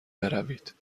بروید